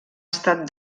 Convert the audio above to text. estat